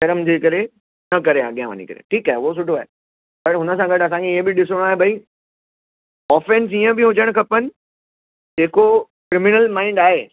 शर्म जे करे न करे अॻियां वञी करे ठीकु आहे उहो सुठो आहे बाक़ी हुन सां गॾु असां खे इएं बि ॾिसणो आहे बई ऑफैंस जीअं बि हुजणु खपनि जेको क्रिमिनल माइंड आहे